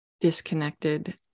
disconnected